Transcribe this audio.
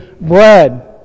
bread